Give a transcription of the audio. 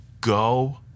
go